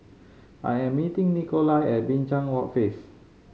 I am meeting Nikolai at Binchang Walk face